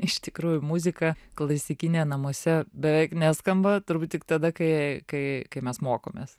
iš tikrųjų muzika klasikinė namuose beveik neskamba turbūt tik tada kai kai kai mes mokomės